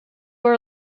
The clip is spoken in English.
were